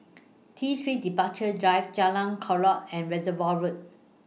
T three Departure Drive Jalan Chorak and Reservoir Road